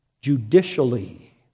judicially